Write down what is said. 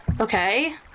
Okay